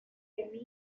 que